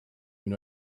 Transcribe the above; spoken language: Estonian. minu